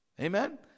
Amen